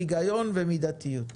היגיון ומידתיות.